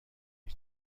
هیچ